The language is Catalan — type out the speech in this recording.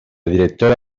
directora